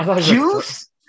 Juice